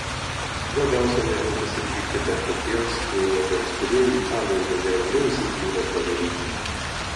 labiausiai nervintis ir pykti teko tiems vairuotojams kurie į italiją įvažiavo neįsipylę degalų